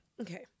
Okay